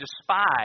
despise